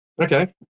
Okay